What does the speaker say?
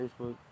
Facebook